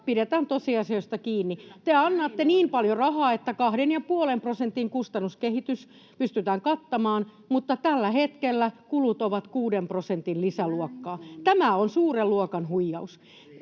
pidetään tosiasioista kiinni. Te annatte niin paljon rahaa, että kahden ja puolen prosentin kustannuskehitys pystytään kattamaan, mutta tällä hetkellä kulut ovat kuuden prosentin lisäluokkaa. Tämä on suuren luokan huijaus.